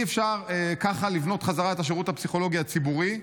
אי-אפשר ככה לבנות בחזרה את השירות הפסיכולוגי הציבורי.